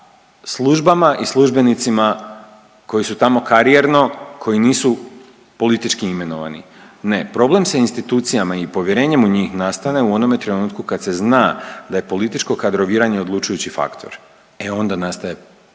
službama i službenicima koji su tamo karijerno, koji nisu politički imenovani. Ne, problem sa institucijama i povjerenjem u njih nastane u onome trenutku kad se zna da je političko kadroviranje odlučujući faktor. E onda nastaje nepovjerenje